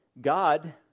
God